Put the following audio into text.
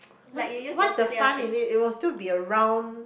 what's what's the fun in it it will still be a round